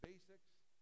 basics